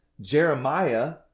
Jeremiah